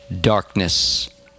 darkness